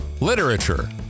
literature